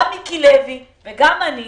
גם מיקי לוי, גם אני.